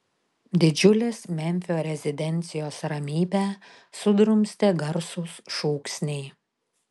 didžiulės memfio rezidencijos ramybę sudrumstė garsūs šūksniai